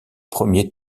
premier